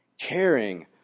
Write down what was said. caring